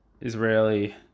Israeli